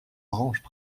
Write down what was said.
branches